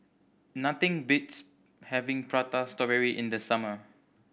nothing beats having Prata Strawberry in the summer